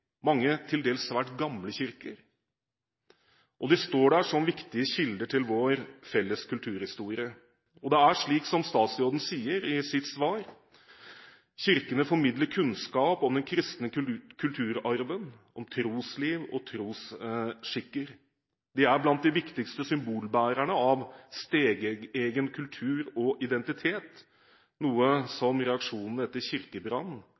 mange til dels svært gamle kirker, og de står der som viktige kilder til vår felles kulturhistorie. Det er slik som statsråden sier i sitt svar: «Kyrkjene formidlar kunnskap om den kristne kulturarven, om trusliv og trusskikkar Dei er blant dei viktigaste symbolberarane av stadeigen kultur og identitet, noko som reaksjonane etter